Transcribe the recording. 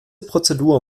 prozedur